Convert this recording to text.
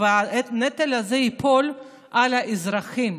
והנטל הזה ייפול על האזרחים.